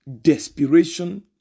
desperation